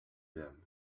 them